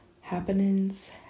Happenings